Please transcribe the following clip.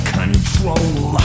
control